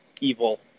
evil